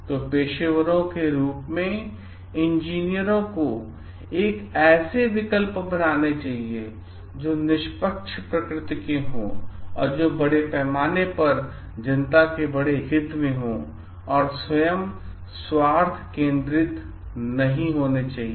तो पेशेवरों के रूप में इंजीनियरों को ऐसे विकल्प बनाने चाहिए जो निष्पक्ष प्रकृति के हों और जो बड़े पैमाने पर जनता के सबसे बड़े हित में है और स्वयं स्वार्थ केंद्रित नहीं होने चाहिए